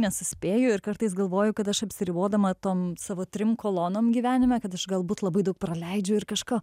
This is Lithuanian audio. nesuspėju ir kartais galvoju kad aš apsiribodama tom savo trim kolonom gyvenime kad aš galbūt labai daug praleidžiu ir kažko